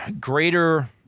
greater